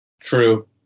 True